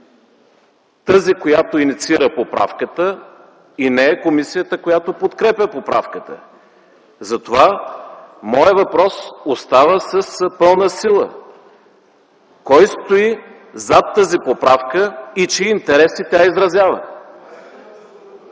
тази, която инициира поправката и не е комисията, която подкрепя поправката, моят въпрос остава с пълна сила: кой стои зад тази поправка и чии интереси тя изразява?